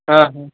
हां हां